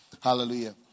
Hallelujah